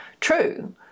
true